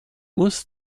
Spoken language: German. muss